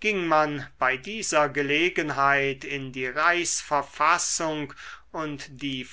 ging man bei dieser gelegenheit in die reichsverfassung und die